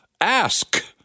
ask